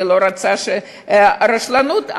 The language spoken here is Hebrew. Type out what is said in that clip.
אני לא רוצה להגיד שזאת רשלנות,